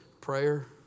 Prayer